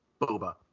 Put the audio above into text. Boba